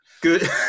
Good